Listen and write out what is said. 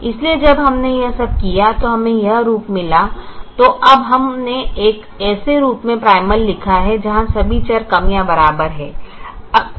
इसलिए जब हमने वह सब किया जो हमें यह रूप मिला तो अब हमने एक ऐसे रूप में प्राइमल लिखा है जहाँ सभी चर कम या बराबर हैं